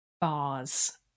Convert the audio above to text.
bars